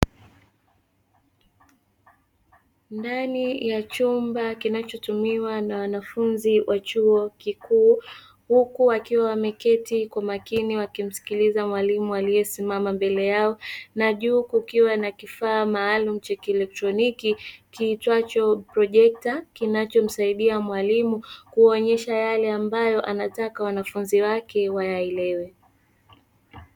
Ndani ya chumba kinachotumiwa na wanafunzi wa chuo kikuu, huku wakiwa wameketi kwa makini wakimsikiliza mwalimu aliyesimama mbele yao na juu kukiwa na kifaa maalumu cha kielekitroniki kiitwacho projekta, kinachomsaidia mwalimu kuonyesha yale ambayo anataka wanafunzi wake wayaelewe.